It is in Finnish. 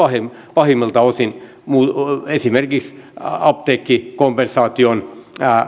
pahimmilta osin esimerkiksi apteekkikompensaation